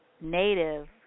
Native